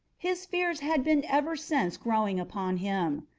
his fears had been ever since growing upon him.